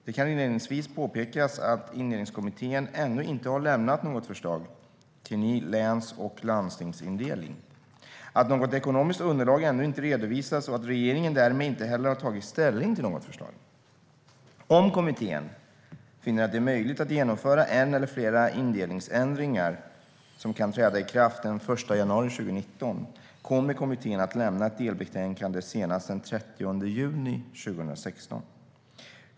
Det kan inledningsvis påpekas att Indelningskommittén ännu inte har lämnat något förslag till ny läns och landstingsindelning, att något ekonomiskt underlag ännu inte redovisats och att regeringen därmed inte heller har tagit ställning till något förslag. Om kommittén finner att det är möjligt att genomföra en eller flera indelningsändringar som kan träda i kraft den 1 januari 2019 kommer kommittén att lämna ett delbetänkande senast den 30 juni 2016.